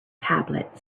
tablet